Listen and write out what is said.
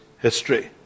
history